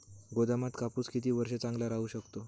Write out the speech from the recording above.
गोदामात कापूस किती वर्ष चांगला राहू शकतो?